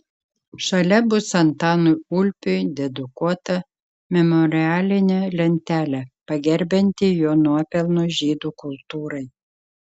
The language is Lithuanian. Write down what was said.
šalia bus antanui ulpiui dedikuota memorialinė lentelė pagerbianti jo nuopelnus žydų kultūrai